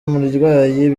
umurwayi